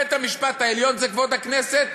בית-המשפט העליון זה כבוד הכנסת?